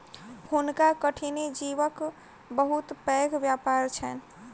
हुनका कठिनी जीवक बहुत पैघ व्यापार छैन